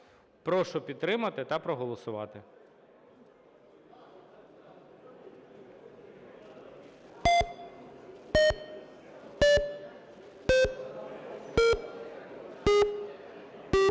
Прошу підтримати та проголосувати.